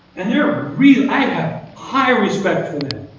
and yeah i have high respect for them,